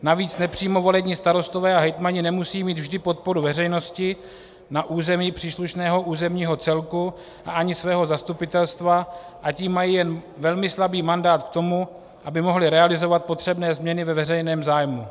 Navíc nepřímo volení starostové a hejtmani nemusí mít vždy podporu veřejnosti na území příslušného územního celku a ani svého zastupitelstva, a tím mají jen velmi slabý mandát k tomu, aby mohli realizovat potřebné změny ve veřejném zájmu.